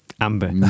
Amber